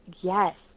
yes